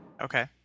Okay